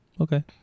Okay